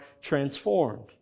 transformed